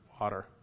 water